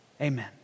Amen